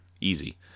Easy